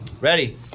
Ready